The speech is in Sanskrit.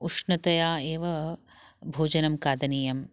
उष्णतया एव भोजनं खादनीयम्